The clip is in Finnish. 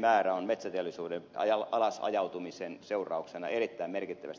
määrä on metsäteollisuuden alas ajautumisen seurauksena erittäin merkittävästi pienentynyt